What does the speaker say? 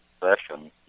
session